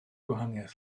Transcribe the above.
gwahaniaeth